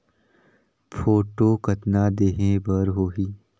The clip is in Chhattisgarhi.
फोटो कतना देहें बर होहि?